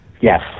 Yes